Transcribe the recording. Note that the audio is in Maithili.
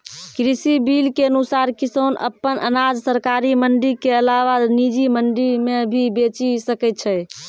कृषि बिल के अनुसार किसान अप्पन अनाज सरकारी मंडी के अलावा निजी मंडी मे भी बेचि सकै छै